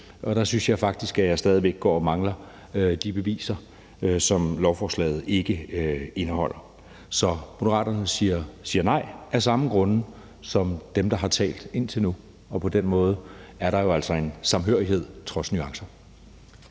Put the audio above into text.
og der synes jeg faktisk, at jeg stadig væk går og mangler de beviser, som forslaget ikke indeholder. Så Moderaterne siger nej af de samme grunde som dem, der har talt indtil nu. Og på den måde er der jo altså en samhørighed trods nuancerne.